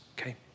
okay